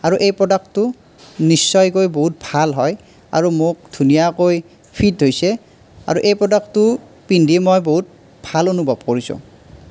আৰু এই প্ৰডাক্টটো নিশ্চয়কৈ বহুত ভাল হয় আৰু মোক ধুনীয়াকৈ ফিট হৈছে আৰু এই প্ৰডাক্টটো পিন্ধি মই বহুত ভাল অনুভৱ কৰিছোঁ